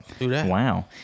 wow